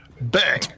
Bang